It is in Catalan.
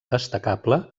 destacable